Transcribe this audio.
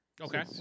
Okay